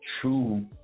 true